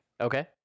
Okay